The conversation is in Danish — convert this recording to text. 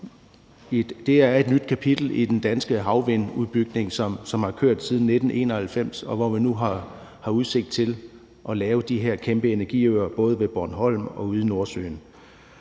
her, er et nyt kapitel i den danske havvindmølleudbygning, som har kørt siden 1991, og hvor man nu har udsigt til at lave de her kæmpe energiøer, både ved Bornholm og ude i Nordsøen.